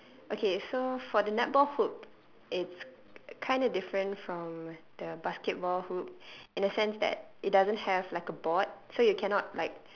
okay so for the netball hoop it's kind of different from the basketball hoop in a sense that it doesn't have like a board so you cannot like